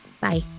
Bye